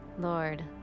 Lord